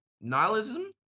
nihilism